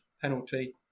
penalty